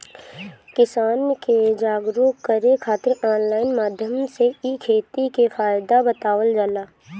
किसान के जागरुक करे खातिर ऑनलाइन माध्यम से इ खेती के फायदा बतावल जाला